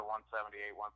178